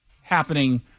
happening